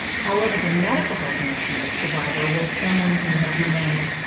however, the medical definition of a survivor was someone who had remained,